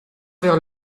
vers